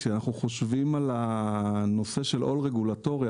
כשאנחנו חושבים על הנושא של עול רגולטורי,